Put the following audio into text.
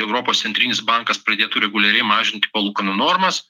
europos centrinis bankas pradėtų reguliariai mažinti palūkanų normas